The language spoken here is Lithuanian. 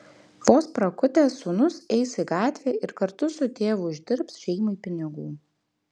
vos prakutęs sūnus eis į gatvę ir kartu su tėvu uždirbs šeimai pinigų